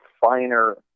finer